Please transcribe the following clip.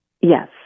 Yes